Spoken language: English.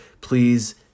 please